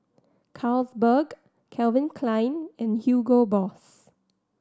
Carlsberg Calvin Klein and Hugo Boss